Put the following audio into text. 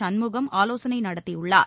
சண்முகம் ஆலோசனை நடத்தியுள்ளார்